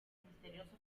misterioso